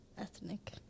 Ethnic